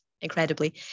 incredibly